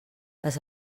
les